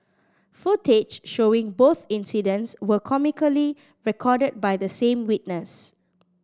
footage showing both incidents were comically recorded by the same witness